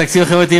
התקציב החברתי,